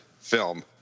film